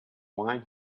wine